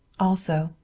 also,